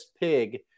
Pig